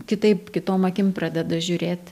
kitaip kitom akim pradeda žiūrėt